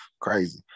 crazy